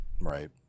Right